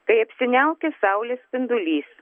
kai apsiniaukę saulės spindulys